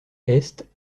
est